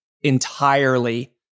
entirely